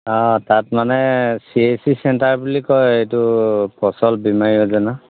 অঁ তাত মানে চি এইচ চি চেণ্টাৰ বুলি কয় এইটো ফচল বীমা য়োজনা